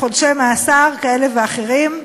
לחודשי מאסר כאלה ואחרים.